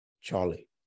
Charlie